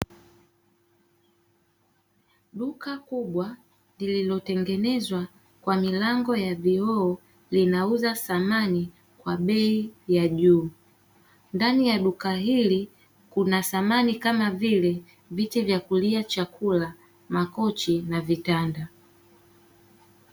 Duka kubwa lililotengenezwa kwa milango ya vioo, linauza samani kwa bei ya juu. Ndani ya duka hili kuna samani kama vile: viti vya kulia chakula, makochi na vitanda.